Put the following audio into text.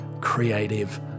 creative